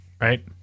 right